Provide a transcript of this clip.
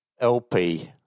LP